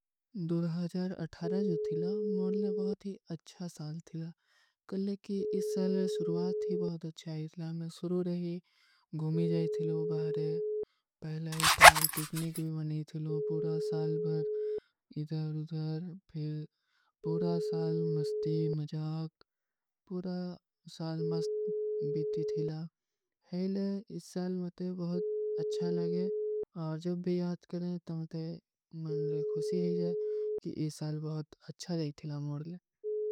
ଜୋ ଥୀଲା ମୌନଲେ ବହୁତ ହୀ ଅଚ୍ଛା ସାଲ ଥୀଲା କଲେ କି ଇସ ସାଲ ସୁରୁଵାତ ଥୀ ବହୁତ ଅଚ୍ଛା ହୈ ଥୀଲା ମୈଂ ସୁରୂ ରହୀ ଗୋମୀ ଜାଈ ଥୀଲୋ ବାହରେ ପହଲା ହୀ ସାଲ ପିକନିକ ଭୀ ଵନୀ ଥୀଲୋ ପୂରା ସାଲ ଭର ଇଦର ଉଦର ଫିର ପୂରା ସାଲ ମସ୍ତୀ, ମଜାକ ପୂରା ସାଲ ମସ୍ତୀ ବୀଟୀ ଥୀଲା ହେଲେ ଇସ ସାଲ ମତେ ବହୁତ ଅଚ୍ଛା ଲଗେ ଔର ଜବ ଭୀ ଯାଦ କରେଂ ତୋ ମତେ ମନଲେ ଖୁସୀ ହୀ ଜାଏ କି ଇସ ସାଲ ବହୁତ ଅଚ୍ଛା ରହୀ ଥୀଲା ମୌରଲେ।